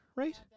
right